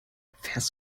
fährst